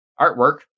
artwork